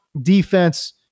defense